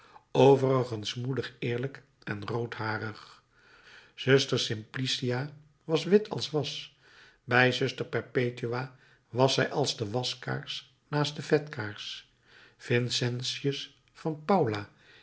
overigens moedig eerlijk en roodharig zuster simplicia was wit als was bij zuster perpetua was zij als de waskaars naast de vetkaars vincentius van paula